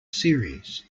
series